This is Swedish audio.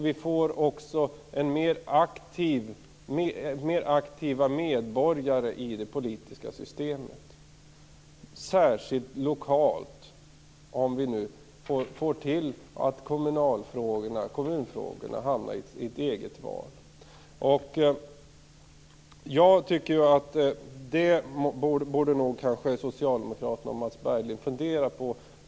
Vi får också mer aktiva medborgare i det politiska systemet. Detta gäller särskilt lokalt, om kommunfrågorna hamnar i ett eget val. Jag tycker att Mats Berglind och Socialdemokraterna litet extra borde fundera på detta.